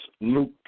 Luke